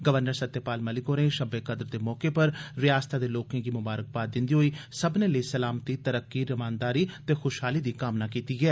governor Satyapal Malik होरें शब ए कद्र दे मौके पर रयासतै दे लोर्के गी ममारकबाद दिन्दे होई सब्बने लेई सलामती तरक्की रमानदारी ते ख्शहाली दी कामना कीती ऐ